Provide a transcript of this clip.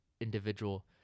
individual